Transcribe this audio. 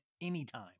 anytime